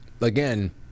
again